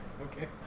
okay